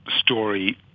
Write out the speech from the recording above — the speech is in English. story